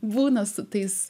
būna su tais